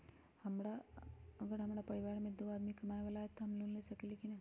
अगर हमरा परिवार में दो आदमी कमाये वाला है त हम लोन ले सकेली की न?